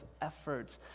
effort